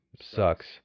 sucks